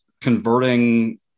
converting